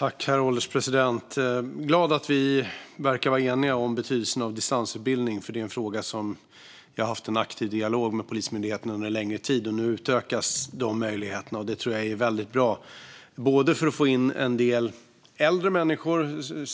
Herr ålderspresident! Jag är glad över att vi verkar vara eniga om betydelsen av distansutbildning. Det är en fråga som jag har haft en aktiv dialog med Polismyndigheten om under en längre tid. Nu utökas dessa möjligheter, och det tror jag är väldigt bra. Det är bra för att man då kan få in en del äldre människor